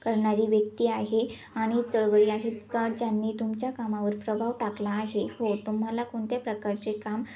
करणारी व्यक्ती आहे आणि चळवळी आहेत का ज्यांनी तुमच्या कामावर प्रभाव टाकला आहे हो तुम्हाला कोणत्या प्रकारचे काम